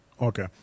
Okay